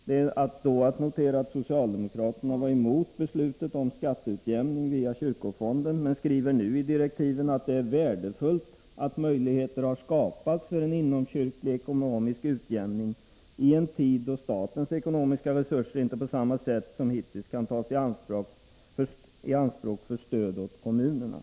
Det är att notera att socialdemokraterna då var emot beslutet om skatteutjämning via kyrkofonden men nu skriver i direktiven att det är värdefullt att möjligheter har skapats för en inomkyrklig ekonomisk utjämning i en tid då statens ekonomiska resurser inte på samma sätt som hittills kan tas i anspråk för stöd åt kommunerna.